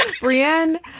Brienne